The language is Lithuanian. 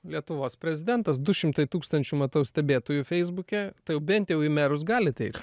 lietuvos prezidentas du šimtai tūkstančių matau stebėtojų feisbuke tai jau bent jau į merus galit eit